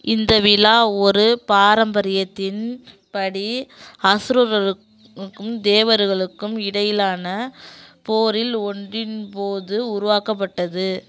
இந்த விழா ஒரு பாரம்பரியத்தின் படி அசுரரரும்கும் தேவர்களுக்கும் இடையிலான போரில் ஒன்றின் போது உருவாக்க பட்டது